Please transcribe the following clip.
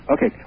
Okay